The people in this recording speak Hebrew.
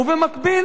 ובמקביל,